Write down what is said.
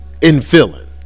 infilling